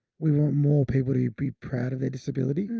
we want more people to be proud of the disability,